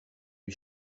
lui